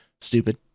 stupid